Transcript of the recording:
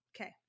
Okay